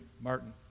Martin